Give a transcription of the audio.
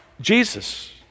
Jesus